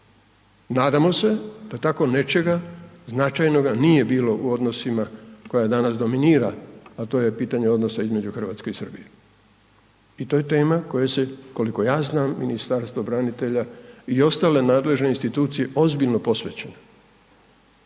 Nadamo se da tako nečega značajnoga nije bilo u odnosima koja danas dominira, a to je pitanje odnosa između Hrvatske i Srbije i to je tema koje se, koliko ja znam, Ministarstvo branitelja i ostale nadležne institucije ozbiljno posvećuju.